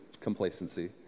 complacency